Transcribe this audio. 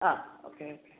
ആഹ് okay ഒക്കെ